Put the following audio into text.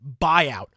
buyout